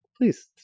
Please